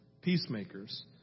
peacemakers